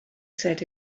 said